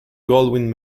goldwyn